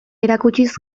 erakutsiz